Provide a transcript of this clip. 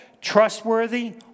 trustworthy